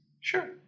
Sure